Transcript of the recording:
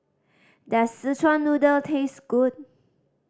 does Szechuan Noodle taste good